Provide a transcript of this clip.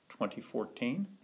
2014